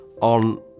on